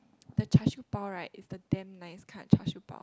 the char siew bao right is the damn nice kind of char siew bao